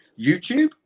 YouTube